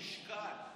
לפי משקל.